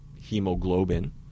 hemoglobin